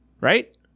Right